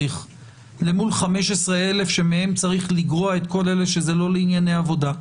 למול 15,000 שמהם צריך לגרוע את כל אלה שזה לא לענייני עבודה.